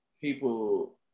people